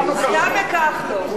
וגם לכחלון.